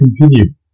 continue